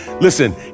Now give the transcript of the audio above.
Listen